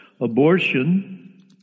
abortion